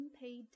unpaid